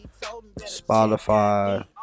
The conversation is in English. spotify